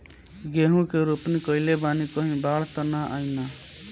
गेहूं के रोपनी कईले बानी कहीं बाढ़ त ना आई ना?